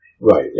Right